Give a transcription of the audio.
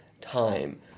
time